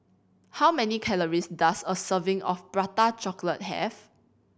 how many calories does a serving of Prata Chocolate have